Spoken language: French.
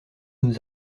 nous